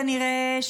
כנראה,